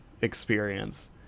experience